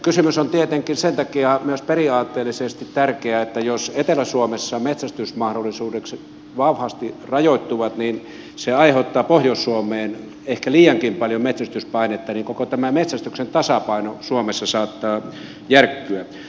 kysymys on tietenkin sen takia myös periaatteellisesti tärkeä että jos etelä suomessa metsästysmahdollisuudet vahvasti rajoittuvat niin se aiheuttaa pohjois suomeen ehkä liiankin paljon metsästyspainetta ja koko tämä metsästyksen tasapaino suomessa saattaa järkkyä